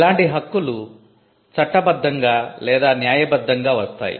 ఇలాంటి హక్కులు చట్టబద్ధంగా లేదా న్యాయబద్ధంగా వస్తాయి